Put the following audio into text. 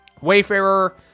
Wayfarer